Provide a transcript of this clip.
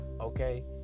Okay